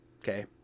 Okay